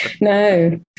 No